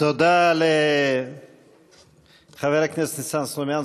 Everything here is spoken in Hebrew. תודה לחבר הכנסת ניסן סלומינסקי,